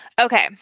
Okay